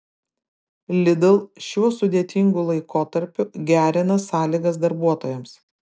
lidl šiuo sudėtingu laikotarpiu gerina sąlygas darbuotojams